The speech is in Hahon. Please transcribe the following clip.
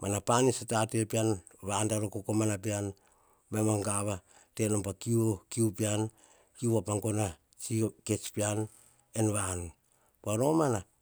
mana panis a tate pean, vadar o kokomana na pean, boum a gava, tenom pa kiu kiu pean, kiu voa pa gono a kets en vanu, paromoma.